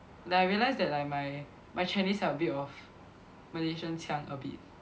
that I realise that like my my Chinese like a bit of Malaysian 腔 a bit